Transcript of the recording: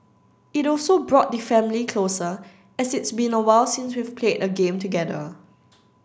it also brought the family closer as it's been awhile since we've played a game together